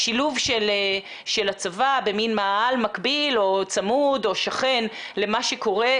השילוב של הצבא במן מאהל מקביל או צמוד או שכן למה שקורה,